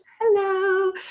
Hello